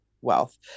wealth